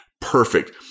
perfect